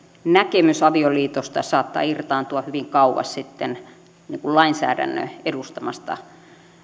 näkemys avioliitosta saattaa irtaantua hyvin kauas lainsäädännön edustamasta